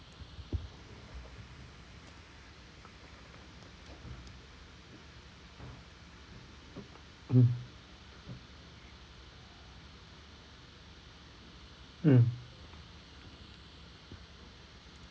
mm mm